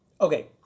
Okay